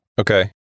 Okay